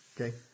Okay